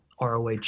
roh